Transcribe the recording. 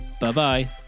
Bye-bye